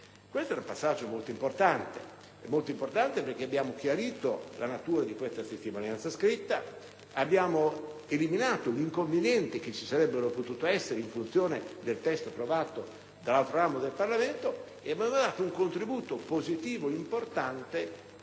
Questo era un passaggio molto importante perché abbiamo chiarito la natura di questa testimonianza scritta, abbiamo eliminato gli inconvenienti che avrebbero potuto sorgere in funzione del testo approvato dall'altro ramo del Parlamento e abbiamo dato un contributo positivo e importante